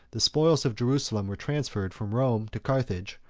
the spoils of jerusalem were transferred from rome to carthage,